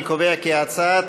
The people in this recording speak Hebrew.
אני קובע כי הצעת